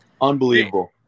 Unbelievable